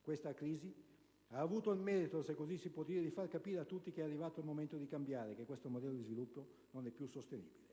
Questa crisi ha avuto il merito - se così si può dire - di far capire a tutti che è arrivato il momento di cambiare e che questo modello di sviluppo non è più sostenibile.